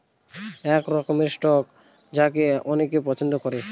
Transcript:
এক রকমের স্টক যাকে অনেকে পছন্দ করে